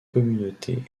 communautés